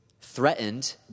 threatened